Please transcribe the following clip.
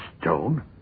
stone